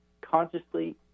consciously